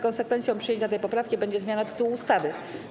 Konsekwencją przyjęcia tej poprawki będzie zmiana tytułu ustawy.